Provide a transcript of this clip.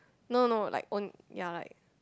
no no no like own ya like